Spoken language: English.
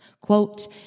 Quote